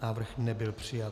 Návrh nebyl přijat.